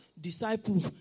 disciple